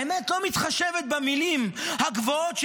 האמת לא מתחשבת במילים הגבוהות שלכם: